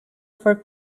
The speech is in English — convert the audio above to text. for